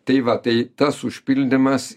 tai va tai tas užpildymas